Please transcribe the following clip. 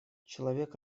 человек